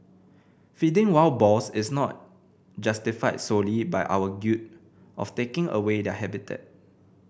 feeding wild boars is not justified solely by our guilt of taking away their habitat